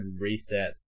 reset